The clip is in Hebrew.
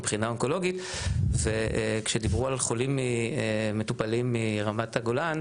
מבחינה אונקולוגית וכשדיברו על חולים מטופלים מרמת הגולן,